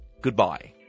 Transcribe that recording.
goodbye